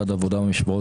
בבקשה.